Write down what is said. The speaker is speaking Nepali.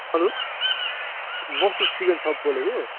हलो मकसुद चिकन सप बोलेको